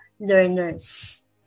learners